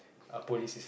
a police is